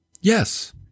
Yes